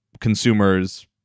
consumers